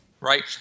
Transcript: Right